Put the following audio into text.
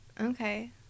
Okay